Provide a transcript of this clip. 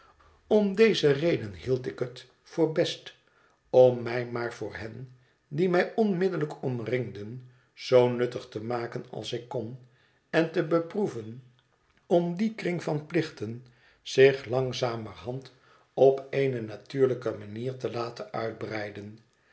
om deze reden hield ik het voor best om mij maar voor hen die mij onmiddellijk omringden zoo nuttig te maken als ik kon en te beproeven om dien kring van plichten zich langzamerhand op eone natuurlijke manier te laten uitbreiden